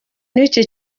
n’icyo